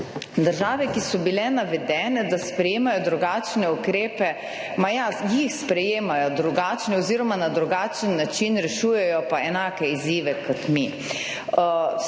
Države, ki so bile navedene, da sprejemajo drugačne ukrepe, ma ja, jih sprejemajo drugačne oziroma na drugačen način, rešujejo pa enake izzive kot mi.